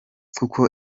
kuko